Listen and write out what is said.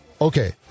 okay